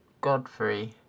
Godfrey